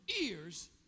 ears